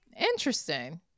interesting